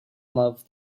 love